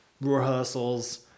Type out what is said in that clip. rehearsals